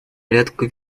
порядку